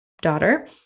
daughter